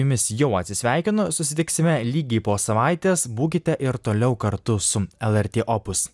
jumis jau atsisveikinu susitiksime lygiai po savaitės būkite ir toliau kartu su lrt opus